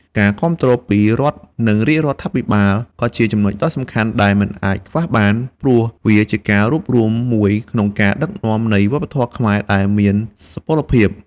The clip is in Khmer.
ការគាំទ្រពីរដ្ឋនិងរាជដ្ឋាភិបាល ក៏ជាចំនុចដ៏សំខាន់ដែលមិនអាចខ្វះបាន ព្រោះវាជាការរួបរួមមួយក្នុងការដឹកនាំនៃវប្បធម៌ខ្មែរដែលមានសុពលភាព។